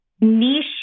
niche